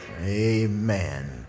amen